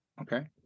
okay